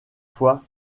fois